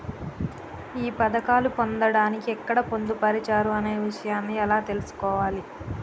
ఈ పథకాలు పొందడానికి ఎక్కడ పొందుపరిచారు అనే విషయాన్ని ఎలా తెలుసుకోవాలి?